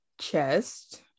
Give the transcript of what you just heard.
chest